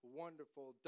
wonderful